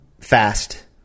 fast